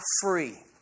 free